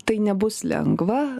tai nebus lengva